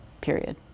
period